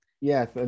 Yes